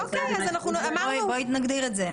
אז בוא נגדיר את זה.